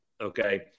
Okay